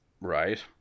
Right